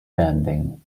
bending